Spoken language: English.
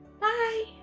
Bye